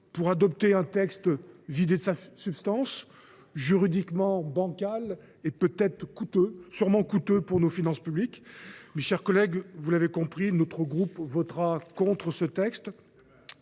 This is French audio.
pour adopter un texte vidé de sa substance, juridiquement bancal, et sûrement coûteux pour nos finances publiques ? Mes chers collègues, vous l’avez compris, notre groupe votera contre ce texte,